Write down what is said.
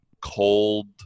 cold